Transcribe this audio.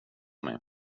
mig